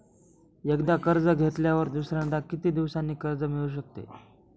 एकदा कर्ज घेतल्यावर दुसऱ्यांदा किती दिवसांनी कर्ज मिळू शकते?